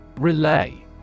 Relay